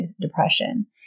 depression